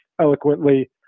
eloquently